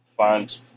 find